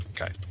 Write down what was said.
Okay